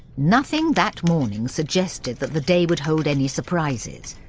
nothing that morning suggested that the day would hold any surprises.